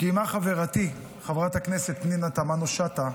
קיימה חברתי, חברת הכנסת פנינה תמנו שטה,